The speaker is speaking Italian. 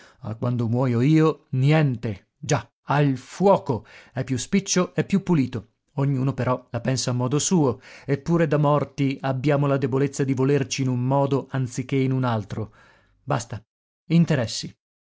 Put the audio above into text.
ah quando muojo io niente già al fuoco è più spiccio e più pulito ognuno però la pensa a modo suo e pure da morti abbiamo la debolezza di volerci in un modo anziché in un altro basta interessi